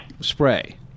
spray